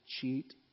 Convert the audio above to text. cheat